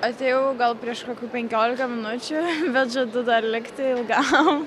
atėjau gal prieš kokių penkiolika minučių bet žadu dar likti ilgam